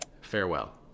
farewell